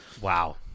Wow